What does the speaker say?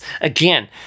again